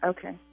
Okay